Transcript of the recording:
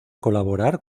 colaborar